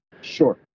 Sure